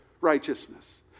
righteousness